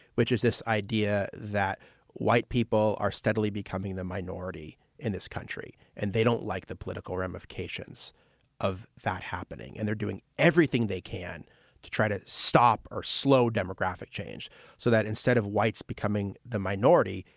which is this idea that white people are steadily becoming the minority in this country and they don't like the political ramifications of that happening. and they're doing everything they can to try to stop or slow demographic change so that instead of whites becoming the minority,